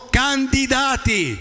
candidati